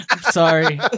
sorry